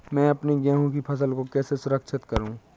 मैं अपनी गेहूँ की फसल को कैसे सुरक्षित करूँ?